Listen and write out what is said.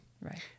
Right